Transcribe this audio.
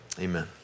amen